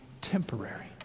temporary